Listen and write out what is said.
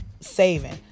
saving